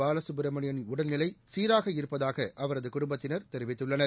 பாலசுப்பிரமணியம் உடல்நிலை சீராக இருப்பதாக அவரது குடும்பத்தினர் தெரிவித்துள்ளனர்